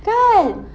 kan